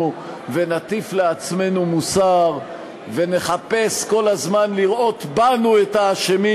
ונטיף לעצמנו מוסר ונחפש כל הזמן לראות בנו את האשמים,